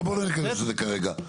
לא ניכנס לזה כרגע,